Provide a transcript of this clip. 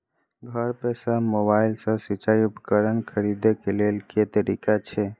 घर पर सऽ मोबाइल सऽ सिचाई उपकरण खरीदे केँ लेल केँ तरीका छैय?